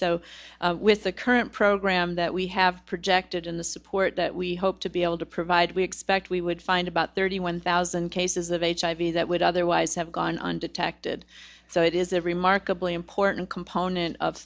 so with the current program that we have projected in the support that we hope to be able to provide we expect we would find about thirty one thousand cases of hiv that would otherwise have gone undetected so it is a remarkably important component of